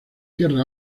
tierras